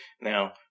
Now